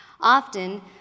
Often